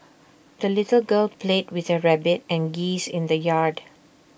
the little girl played with her rabbit and geese in the yard